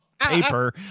Paper